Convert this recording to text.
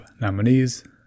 nominees